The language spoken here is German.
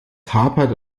hapert